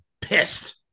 pissed